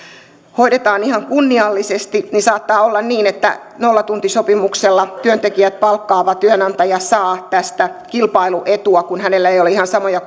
hoidetaan ihan kunniallisesti saattaa olla niin että nollatuntisopimuksella työntekijät palkkaava työnantaja saa tästä kilpailuetua kun hänellä ei ole ihan samoja